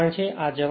તો આ જવાબ છે